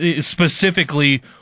specifically